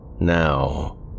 Now